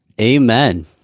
Amen